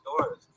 doors